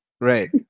Right